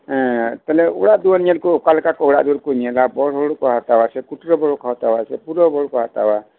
ᱛᱟᱦᱚᱞᱮ ᱚᱲᱟᱜ ᱫᱩᱭᱟᱹᱨ ᱧᱮᱞ ᱠᱚ ᱚᱠᱟᱞᱮᱠᱟ ᱚᱲᱟᱜ ᱫᱩᱭᱟᱹᱨ ᱠᱚ ᱧᱮᱞᱟ ᱵᱚᱲ ᱦᱩᱲᱩ ᱠᱚ ᱦᱟᱛᱟᱣᱟ ᱥᱮ ᱠᱩᱴᱨᱟᱹ ᱦᱩᱲᱩ ᱠᱚ ᱦᱟᱛᱟᱣᱟ ᱥᱮ ᱯᱩᱨᱟᱹ ᱦᱩᱲᱩ ᱠᱚ ᱦᱟᱛᱟᱣᱟ